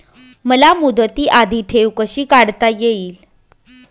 मला मुदती आधी ठेव कशी काढता येईल?